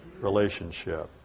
relationship